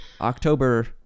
October